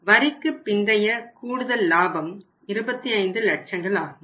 வரிக்குப் பிந்தைய கூடுதல் லாபம் 25 லட்சங்களாகும்